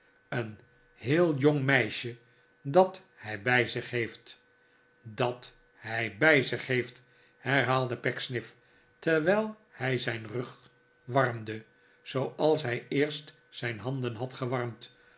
een heel jong meisje dat hij bij zich heeft dat hij bij zich heeft herhaalde pecksniff terwijl hij zijn rug warmde zooals hij eerst zijn handen had